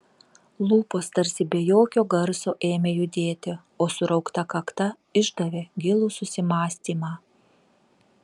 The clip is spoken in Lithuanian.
lūpos tarsi be jokio garso ėmė judėti o suraukta kakta išdavė gilų susimąstymą